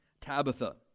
Tabitha